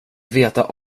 veta